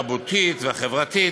התרבותית והחברתית,